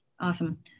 Awesome